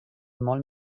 molt